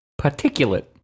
particulate